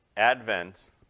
Advent